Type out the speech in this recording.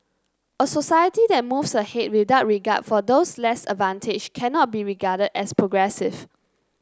a society that moves ahead without regard for those less advantaged cannot be regarded as progressive